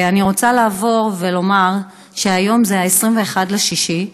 אני רוצה לעבור ולומר שהיום זה 21 ביולי,